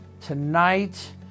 tonight